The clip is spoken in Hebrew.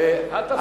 אל תפריע.